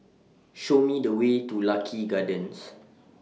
Show Me The Way to Lucky Gardens